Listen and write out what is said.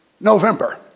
November